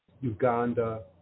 Uganda